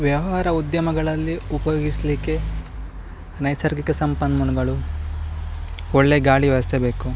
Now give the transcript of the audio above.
ವ್ಯವಹಾರ ಉದ್ಯಮಗಳಲ್ಲಿ ಉಪಯೋಗಿಸಲಿಕ್ಕೆ ನೈಸರ್ಗಿಕ ಸಂಪನ್ಮೂಲಗಳು ಒಳ್ಳೆಯ ಗಾಳಿ ವ್ಯವಸ್ಥೆ ಬೇಕು